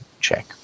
check